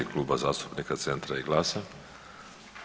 Kluba zastupnika Centra i GLAS-a.